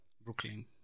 Brooklyn